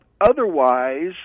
otherwise